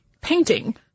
painting